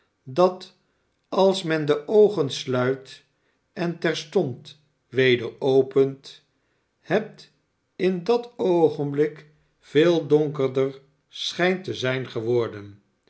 dat als men de oogen sluit en terstond weder opent het in dat oogenblik veel donkerder schijnt te zijn geworden